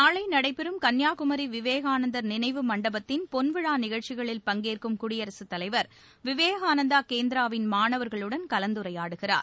நாளை நடைபெறும் கன்னியாகுமரி விவேகானந்தர் நினைவு மண்டபத்தின் பொன்விழா நிகழ்ச்சிகளில் பங்கேற்கும் குடியரசுத் தலைவர் விவேகானந்தா கேந்திராவின் மாணவர்களுடன் கலந்துரையாடுகிறார்